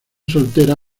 soltera